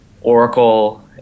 Oracle